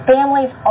Families